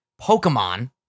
Pokemon